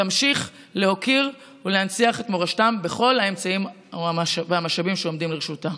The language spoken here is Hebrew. תמשיך להוקיר ולהנציח את מורשתם בכל האמצעים והמשאבים שלרשותה.